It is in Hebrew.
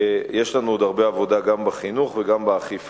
יש לנו עוד הרבה עבודה גם בחינוך וגם באכיפה,